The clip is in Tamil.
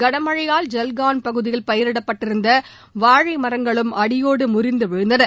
களமழையால் ஜல்காவ் பகுதியில் பயிரிடப்பட்டிருந்த வாழை மரங்களும் அடியோடு முறிந்து விழுந்தன